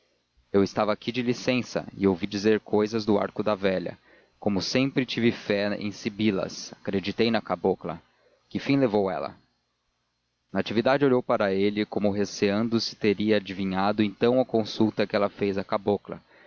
eu estava aqui de licença e ouvi dizer cousas do arco da velha como sempre tive fé em sibilas acreditei na cabocla que fim levou ela natividade olhou para ele como receando se teria adivinhado então a consulta que ela fez à cabocla